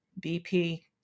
BP